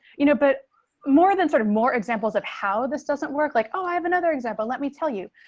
you know, but more than sort of more examples of how this doesn't work like, oh, i have another example. let me tell you,